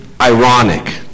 ironic